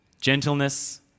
gentleness